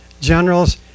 generals